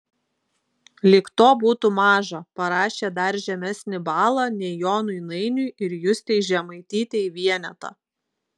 lyg to būtų maža parašė dar žemesnį balą nei jonui nainiui ir justei žemaitytei vienetą